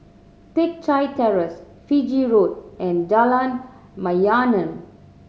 Teck Chye Terrace Fiji Road and Jalan Mayaanam